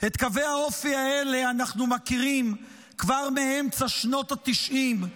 את קווי האופי האלה אנחנו מכירים כבר מאמצע שנות התשעים,